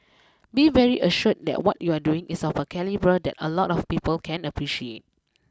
be very assured that what you're doing is of a calibre that a lot of people can appreciate